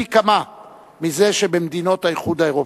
פי כמה מזה שבמדינות האיחוד האירופי.